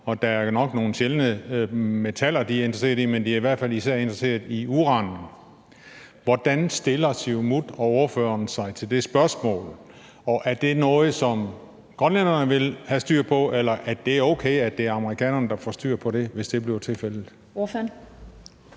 og det er nok nogle sjældne metaller, de er interesserede i, men de er i hvert fald især interesseret i uranen. Hvordan stiller Siumut og ordføreren sig til det, og er det noget, som grønlænderne vil have styr på, eller er det okay, at det er amerikanerne, der får styr på det, hvis det bliver tilfældet? Kl.